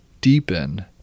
deepen